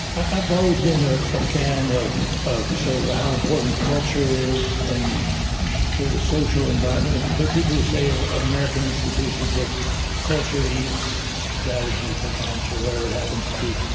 ah i've always been a ah fan of of sort of how important culture is and so the social environment. there are people who say of american institutions that culture eats strategy for lunch or whatever it happens to be,